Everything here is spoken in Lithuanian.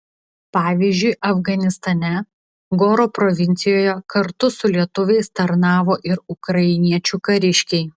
pavyzdžiui afganistane goro provincijoje kartu su lietuviais tarnavo ir ukrainiečių kariškiai